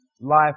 life